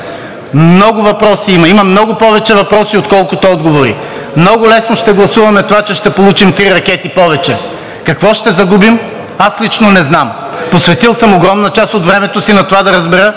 Много въпроси има. Има много повече въпроси, отколкото отговори. Много лесно ще гласуваме това, че ще получим три ракети повече. Какво ще загубим, аз лично не знам. Посветил съм огромна част от времето си на това да разбера